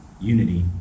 Unity